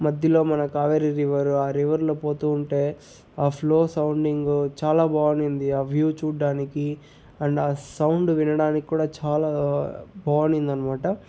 మద్ధిలో మన కావేరి రివరు ఆ రివర్లో పోతూ ఉంటే ఆ ఫ్లో సౌండింగు చాలా బాగుండింది ఆ వ్యూ చూడ్డానికి అండ్ ఆ సౌండ్ వినడానిక్కూడా చాలా బాగుంన్నిందనమాట